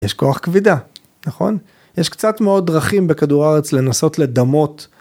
יש כוח כבידה, נכון? יש קצת מאוד דרכים בכדור הארץ לנסות לדמות..